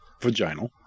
vaginal